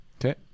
Okay